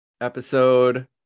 episode